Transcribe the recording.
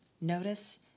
notice